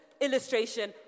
illustration